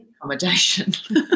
accommodation